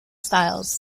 styles